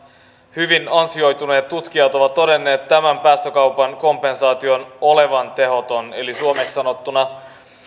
hyvin ansioituneet tutkijat ovat todenneet tämän päästökaupan kompensaation olevan tehoton eli suomeksi sanottuna